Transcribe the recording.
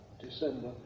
December